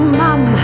mum